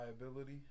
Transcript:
liability